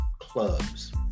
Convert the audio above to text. clubs